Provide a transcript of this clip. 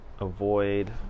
avoid